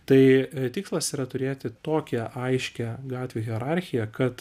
tai tikslas yra turėti tokią aiškią gatvių hierarchiją kad